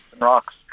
rocks